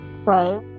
Right